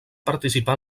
participar